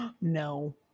no